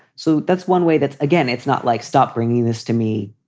so that's one way that again, it's not like, stop bringing this to me.